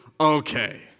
okay